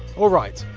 alright,